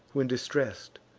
when distress'd,